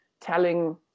telling